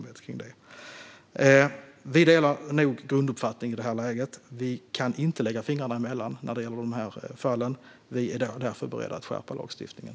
Vi delar nog grunduppfattning i det här läget: Vi kan inte lägga fingrarna emellan när det gäller de här fallen, och vi är därför beredda att skärpa lagstiftningen.